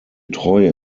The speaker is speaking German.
treue